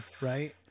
right